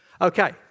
Okay